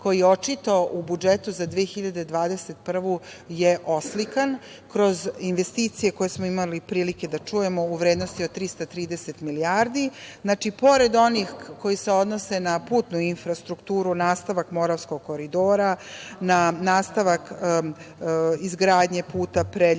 koji očito u budžetu za 2021. godinu je oslikan kroz investicije koje smo imali prilike da čujemo u vrednosti od 330 milijardi, pored onih koje se odnose na putnu infrastrukturu, nastavak Moravskog koridora, nastavak izgradnje puta Preljina